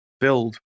build